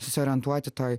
susiorientuoti toj